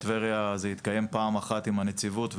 טבריה זה התקיים פעם אחת עם הנציבות,